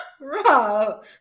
Rob